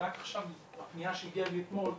רק עכשיו מפנייה שהגיעה לי אתמול,